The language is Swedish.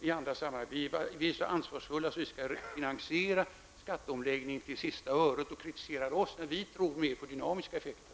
I andra sammanhang sägs det att man är så ansvarsfull att man skall finansiera skatteomläggningen till sista öret, samtidigt som vi kritiseras när vi tror mer på dynamiska effekter.